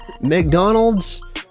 McDonald's